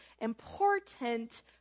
important